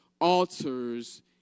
altars